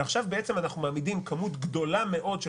ועכשיו אנחנו מעמידים כמות גדולה מאוד של